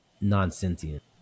non-sentient